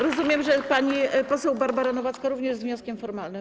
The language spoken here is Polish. Rozumiem, że pani poseł Barbara Nowacka również z wnioskiem formalnym?